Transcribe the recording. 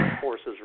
Forces